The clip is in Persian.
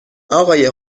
اقای